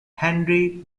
henry